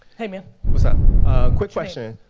hey, man. what's up? a quick question.